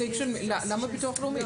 למה ביטוח לאומי?